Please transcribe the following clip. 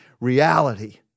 reality